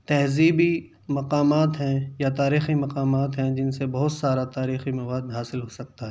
تہذیبی مقامات ہیں یا تاریخی مقامات ہیں جن سے بہت سارا تاریخی مواد حاصل ہو سکتا ہے